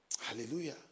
Hallelujah